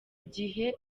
gihe